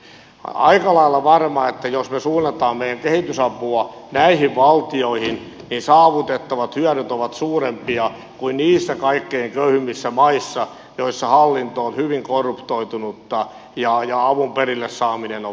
olen aika lailla varma että jos me suuntaamme meidän kehitysapuamme näihin valtioihin niin saavutettavat hyödyt ovat suurempia kuin niissä kaikkein köyhimmissä maissa joissa hallinto on hyvin korruptoitunutta ja avun perille saaminen on vaikeaa